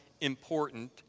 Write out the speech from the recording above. important